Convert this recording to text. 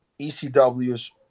ECW's